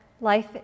life